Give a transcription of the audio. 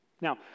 Now